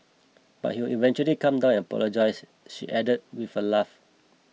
but he would eventually calm down and apologise she added with a laugh